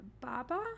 Baba